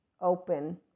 open